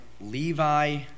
Levi